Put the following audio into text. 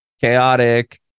chaotic